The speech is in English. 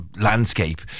landscape